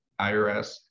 IRS